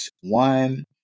one—